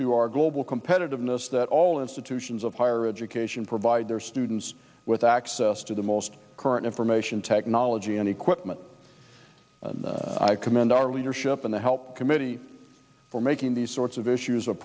to our global competitiveness that all institutions of higher education provide their students with access to the most current information technology and equipment i commend our leadership in the help committee for making these sorts of issues